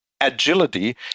agility